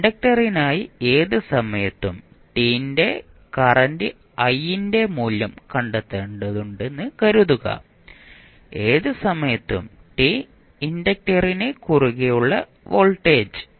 ഇൻഡക്റ്ററിനായി ഏത് സമയത്തും t ന്റെ കറന്റ് I ന്റെ മൂല്യം കണ്ടെത്തേണ്ടതുണ്ടെന്ന് കരുതുക ഏത് സമയത്തും t ഇൻഡക്റ്ററിന് കുറുകെയുള്ള വോൾട്ടേജ്